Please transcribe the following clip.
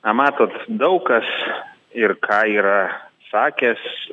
na matot daug kas ir ką yra sakęs